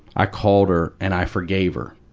i called her and i forgave her.